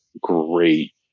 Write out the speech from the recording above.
great